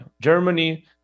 Germany